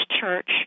Church